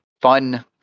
fun